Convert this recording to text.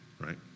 right